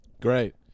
Great